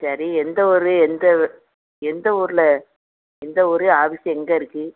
சரி எந்த ஊர் எந்த எந்த ஊரில் எந்த ஊர் ஆஃபீஸ் எங்கே இருக்குது